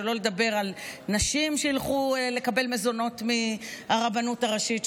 ושלא לדבר על נשים שילכו לקבל מזונות מהרבנות הראשית,